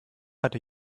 hatte